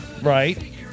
Right